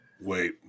Wait